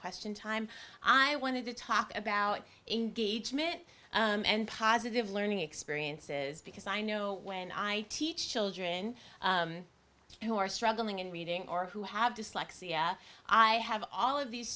question time i want to talk about engagement and positive learning experiences because i know when i teach children who are struggling in reading or who have dyslexia i have all of these